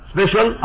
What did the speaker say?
Special